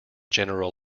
general